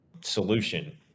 solution